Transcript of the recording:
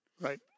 Right